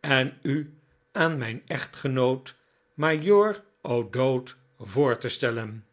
en u aan mijn echtgenoot majoor o'dowd voor te stellen